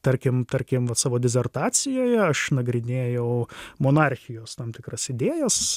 tarkim tarkim vat savo dizertacijoje aš nagrinėjau monarchijos tam tikras idėjas